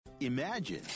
imagine